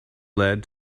led